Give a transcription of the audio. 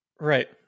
Right